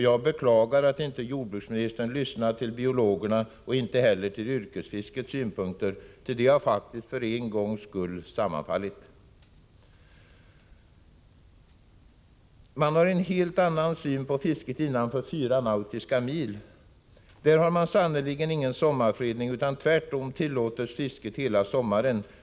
Jag beklagar att jordbruksministern inte har lyssnat till biologernas åsikter och inte heller till yrkesfiskarnas synpunkter. Dessa synpunkter har faktiskt för en gångs skull sammanfallit. Man har en helt annan syn på fisket innanför 4 nautiska mil. Där har man sannerligen ingen sommarfredning, utan tvärtom tillåtes fiske hela sommaren.